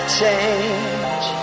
change